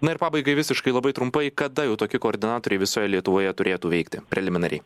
na ir pabaigai visiškai labai trumpai kada jau toki koordinatoriai visoje lietuvoje turėtų veikti preliminariai